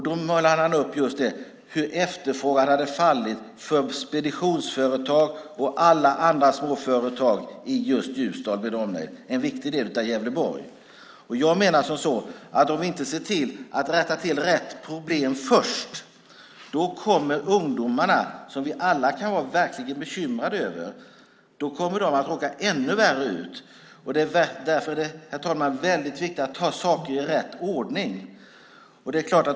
Då målade han upp hur efterfrågan hade fallit för speditionsföretag och alla andra småföretag i just Ljusdal med omnejd, en viktig del av Gävleborg. Om vi inte ser till att rätta till rätt problem först kommer ungdomarna som vi alla verkligen kan vara bekymrade över att råka ännu värre ut. Därför är det, herr talman, väldigt viktigt att ta saker i rätt ordning.